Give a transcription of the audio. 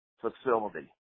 facility